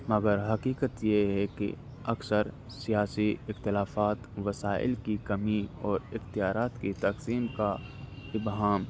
مگر حقیقت یہ ہے کہ اکثر سیاسی اختلافات وسائل کی کمی اور اختیارات کی تقسیم کا ابہام